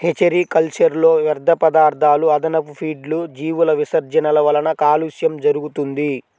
hatchery కల్చర్లో వ్యర్థపదార్థాలు, అదనపు ఫీడ్లు, జీవుల విసర్జనల వలన కాలుష్యం జరుగుతుంది